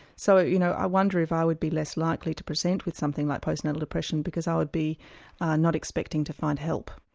so you know i wonder if i would be less likely to present with something like postnatal depression because i would be not expecting to find help.